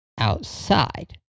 outside